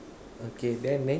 okay then next